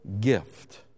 gift